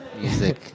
Music